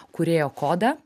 kūrėjo kodą